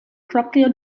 proprio